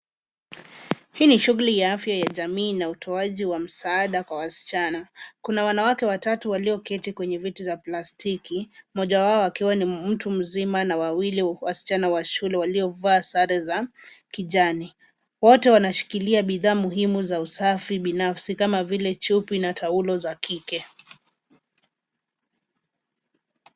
Hii ni shughuli ya afya ya jamii na utoaji msaada kwa wasichana. Kuna wanawake watatu walioketi kwenye viti za plastiki moja wao akiwa ni mtu mzima na wawili wasichana wa shule waliovaa sare za kijani. Wote wanashikilia bidhaa muhimu za usafi binafsi kama vile chupi na taulo za kike.